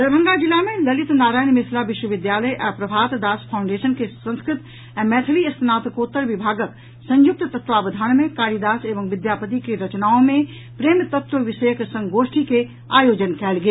दरभंगा जिला मे ललित नारायण मिथिला विश्वविद्यालय आ प्रभात दास फाउंडेशन के संस्कृत आ मैथिली स्नातकोत्तर विभागक संयुक्त तत्वावधान मे कालिदास एवं विद्यापति की रचनाओ मे प्रेम तत्व विषयक संगोष्ठी के आयोजन कयल गेल